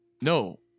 No